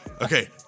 Okay